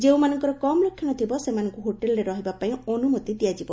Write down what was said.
ଯେଉଁମାନଙ୍କର କମ୍ ଲକ୍ଷଣ ଥିବ ସେମାନଙ୍କୁ ହୋଟେଲରେ ରହିବା ପାଇଁ ଅନୁମତି ଦିଆଯିବ